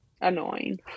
annoying